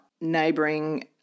neighbouring